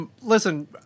Listen